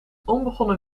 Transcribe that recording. onbegonnen